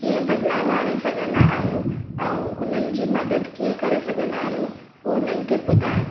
कीअं बदिलाउ आणे सघंदा आहियूं ऐं उन्हनि जी मदद कीअं करे सघंदा आहियूं उहो हुननि खे ॿुधाए